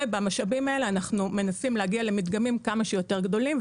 ובמשאבים האלה אנחנו מנסים להגיע למדגמים כמה שיותר גדולים,